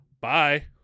Bye